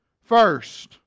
first